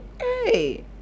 Hey